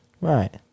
right